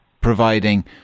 providing